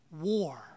war